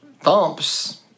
thumps